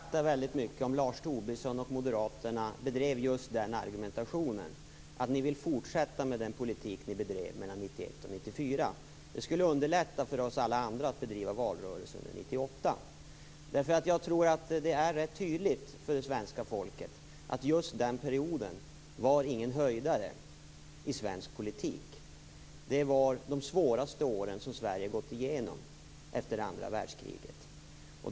Fru talman! Jag skulle uppskatta om Lars Tobisson och Moderaterna bedrev just den argumentationen, dvs. att ni vill fortsätta med den politik ni bedrev mellan 1991 och 1994. Det skulle underlätta för alla oss andra att bedriva valrörelse under 1998. Jag tror att det är rätt tydligt för svenska folket att just den perioden inte var någon höjdare i svensk politik. Det var de svåraste åren Sverige gått igenom efter andra världskriget.